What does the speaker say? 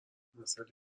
مسئله